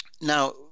Now